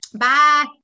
Bye